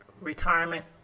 retirement